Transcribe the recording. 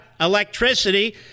Electricity